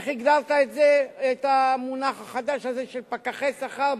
איך הגדרת את המונח החדש הזה של פקחי שכר,